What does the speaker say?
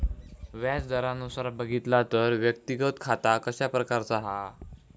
व्याज दरानुसार बघितला तर व्यक्तिगत खाता कशा प्रकारचा हा?